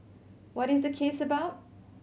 what is the case about